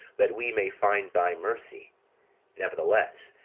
that we may find thy mercy nevertheless,